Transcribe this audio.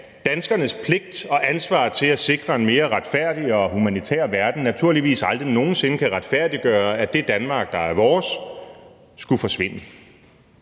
danskernes pligt til og ansvar for at sikre en mere retfærdig og humanitær verden naturligvis aldrig nogen sinde kan retfærdiggøre, at det Danmark, der er vores, skulle forsvinde.